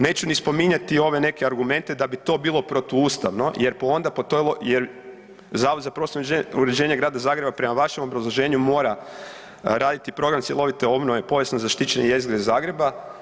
Neću ni spominjati ove neke argumente da bi to bilo protuustavno jer onda po toj, jer Zavod za prostorno uređenje Grada Zagreba prema vašem obrazloženju mora raditi program cjelovite obnove povijesno zaštićene jezgre Zagreba.